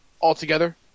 altogether